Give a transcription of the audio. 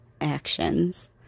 actions